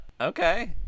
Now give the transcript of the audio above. Okay